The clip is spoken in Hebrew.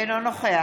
אינו נוכח